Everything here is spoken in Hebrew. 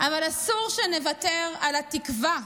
אבל אסור שנוותר על התקווה,